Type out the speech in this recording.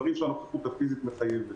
דברים שהנוכחות הפיזית מחייבת.